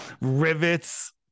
rivets